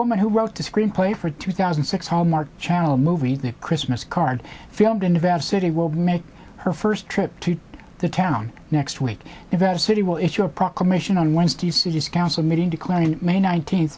woman who wrote the screenplay for two thousand and six home art channel movie christmas card filmed in nevada city will make her first trip to the town next week if the city will issue a proclamation on wednesday city's council meeting decline in may nineteenth